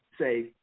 say